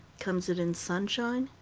comes it in sunshine?